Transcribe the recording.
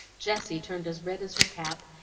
jessie turned as red as her cap,